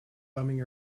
bumming